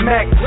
Mac